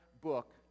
book